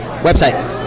website